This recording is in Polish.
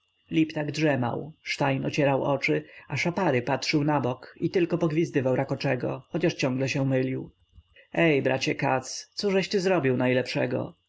liptak drzemał stein ocierał oczy a szapary patrzył nabok i tylko pogwizdywał rakoczego chociaż ciągle się mylił ej bracie katz cóżeś ty zrobił najlepszego